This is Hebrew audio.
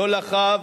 לא לך,